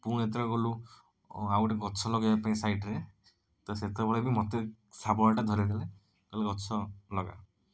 ପୁଣି ଯେତେବେଳେ ଗଲୁ ଆଉ ଗୋଟେ ଗଛ ଲଗାଇବା ପାଇଁ ସାଇଟ ରେ ତ ସେତେବେଳେ ବି ମୋତେ ଶାବଳ ଟା ଧରାଇ ଦେଲେ କହିଲେ ଗଛ ଲଗା